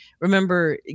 remember